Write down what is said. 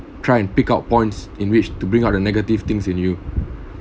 try and pick up points in which to bring out the negative things in you